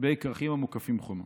בכרכים המוקפים חומות.